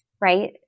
right